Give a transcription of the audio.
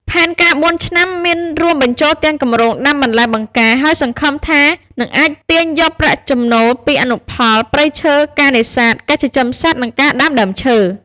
ផែនការបួនឆ្នាំមានរួមបញ្ចូលទាំងគម្រោងដាំបន្លែបង្ការ ហើយសង្ឃឹមថានឹងអាចទាញយកប្រាក់ចំណូលពីអនុផល ព្រៃឈើ ការនេសាទ ការចិញ្ចឹមសត្វ និងការដាំដើមឈើ។